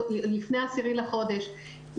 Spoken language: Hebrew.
לפני ה-10 לחודש,